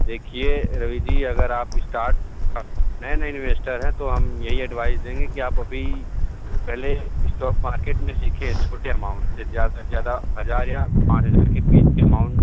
देखिए रवि जी अगर आप स्टार्ट नए नए इन्वेस्टर हैं तो हम यही एडवाइस देंगे कि आप अभी पहले स्टॉक मार्केट में सीखें छोटे अमाउंट से ज़्यादा से ज़्यादा हजार या पाँच हजार के बीच के अमाउंट